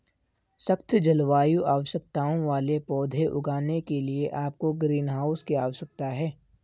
सख्त जलवायु आवश्यकताओं वाले पौधे उगाने के लिए आपको ग्रीनहाउस की आवश्यकता है